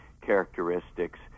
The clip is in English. characteristics